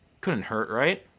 couldn't hurt, right?